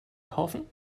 kaufen